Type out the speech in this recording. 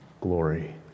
glory